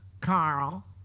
Carl